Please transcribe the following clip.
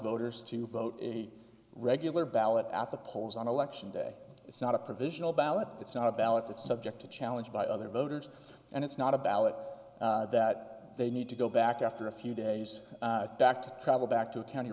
voters to vote in a regular ballot at the polls on election day it's not a provisional ballot it's not a ballot that subject to challenge by other voters and it's not a ballot that they need to go back after a few days back to travel back to county